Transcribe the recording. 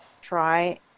try